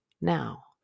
now